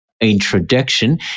introduction